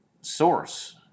source